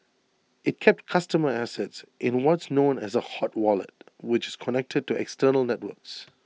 IT kept customer assets in what's known as A hot wallet which is connected to external networks